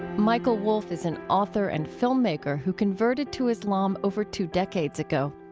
michael wolfe is an author and filmmaker who converted to islam over two decades ago.